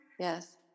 yes